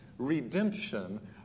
redemption